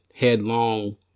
headlong